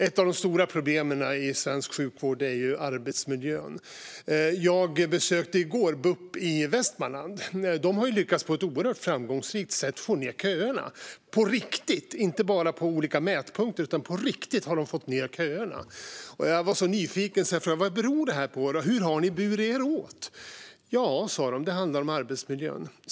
Ett av de stora problemen i svensk sjukvård är arbetsmiljön. Jag besökte i går bup i Västmanland. De har på ett oerhört framgångsrikt sätt lyckats få ned köerna på riktigt - inte bara på olika mätpunkter, utan de har på riktigt fått ned köerna. Jag var nyfiken och frågade vad det beror på. Hur har de burit sig åt? Jo, sa de, det handlar om arbetsmiljön.